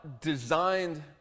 designed